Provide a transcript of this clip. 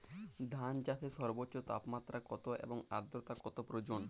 ধান চাষে সর্বোচ্চ তাপমাত্রা কত এবং আর্দ্রতা কত প্রয়োজন?